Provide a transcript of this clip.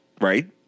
Right